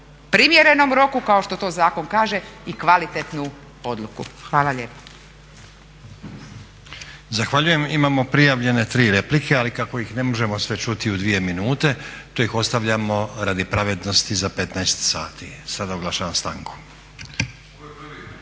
primjerenom roku kao što to zakon kaže i kvalitetnu odluku. Hvala lijepa. **Stazić, Nenad (SDP)** Zahvaljujem. Imamo prijavljene tri replike, ali kako ih ne možemo sve čuti u dvije minute to ih ostavljamo radi pravednosti iza 15 sati. Sada oglašavam stanku.